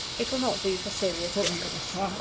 it will not do for serious discourse.